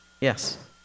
yes